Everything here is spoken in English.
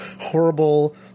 horrible